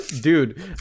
dude